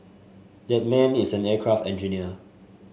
that man is an aircraft engineer